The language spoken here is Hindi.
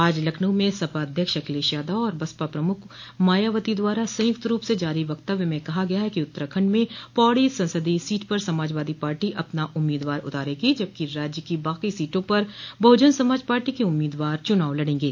आज लखनऊ में सपा अध्यक्ष अखिलेश यादव और बसपा प्रमुख मायावती द्वारा संयुक्त रूप से जारी वक्तव्य में कहा गया है कि उत्तराखंड में पौड़ी संसदीय सीट पर समाजवादी पार्टी अपना उम्मीदवार उतारेगी जबकि राज्य की बाको सीटों पर बहुजन समाज पार्टी के उम्मीदवार चुनाव लड़ेंगे